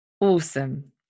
Awesome